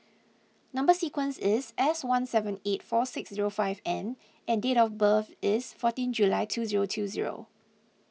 Number Sequence is S one seven eight four six zero five N and date of birth is fourteen July two zero two